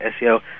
SEO